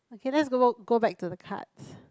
okay let's go go back to the cards